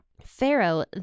Pharaoh